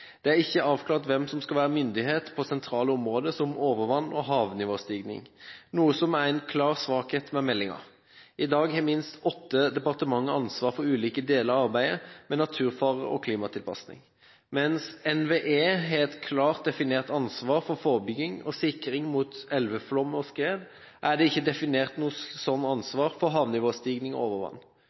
Det er ikke avklart hvem som skal være myndighet på sentrale områder som overvann og havnivåstigning, noe som er en klar svakhet med meldingen. I dag har minst åtte departement ansvar for ulike deler av arbeidet med naturfare og klimatilpasning. Mens NVE har et klart definert ansvar for forebygging og sikring mot elveflom og skred, er det ikke definert noe slikt ansvar for havnivåstigning